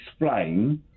explain